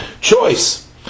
choice